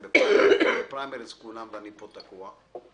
הם בפריימריז כולם, ואני פה תקוע.